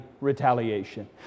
retaliation